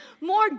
more